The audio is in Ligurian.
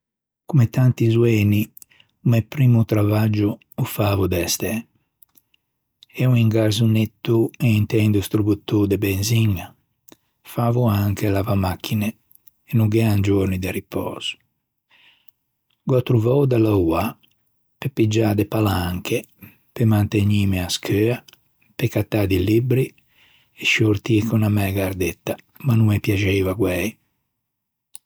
Comme tanti zoeni o mæ primmo travaggio ô favo de stæ. Eo un garsonetto inte un distributô de benziña. Favo anche lavamachine e no gh'ean giorni de ripöso. Gh'ò attrovou da louâ pe piggiâ de palanche pe mantegnîme à scheua, pe cattâ di libbri e sciortî con unna mæ gardetta ma no me piaxeiva guæi.